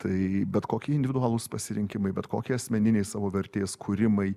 tai bet kokie individualūs pasirinkimai bet kokie asmeniniai savo vertės kūrimai